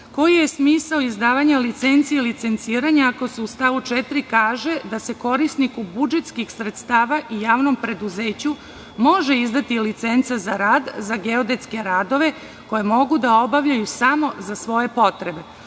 Koji je smisao izdavanja licenci i licenciranja ako se u stavu 4. kaže da se "korisniku budžetskih sredstava i javnom preduzeću može izdati licenca za rad za geodetske radove koje mogu da obavljaju samo za svoje potrebe"?